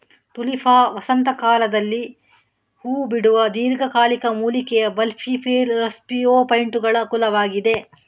Tulipa ವಸಂತ ಕಾಲದಲ್ಲಿ ಹೂ ಬಿಡುವ ದೀರ್ಘಕಾಲಿಕ ಮೂಲಿಕೆಯ ಬಲ್ಬಿಫೆರಸ್ಜಿಯೋಫೈಟುಗಳ ಕುಲವಾಗಿದೆ